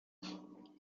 اکنون